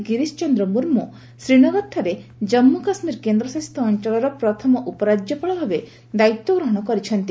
ଗିରୀଶ ଚନ୍ଦ୍ର ମୁର୍ମୁ ଶ୍ରୀନଗରଠାରେ ଜନ୍ମ କାଶ୍ୱୀର କେନ୍ଦ୍ରଶାସିତ ଅଞ୍ଚଳର ପ୍ରଥମ ଉପରାଜ୍ୟପାଳ ଭାବେ ଦାୟିତ୍ୱ ଗ୍ରହଣ କରିଛନ୍ତି